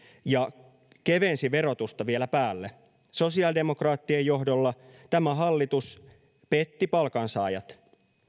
ja kevensi verotusta vielä päälle sosiaalidemokraattien johdolla tämä hallitus petti palkansaajat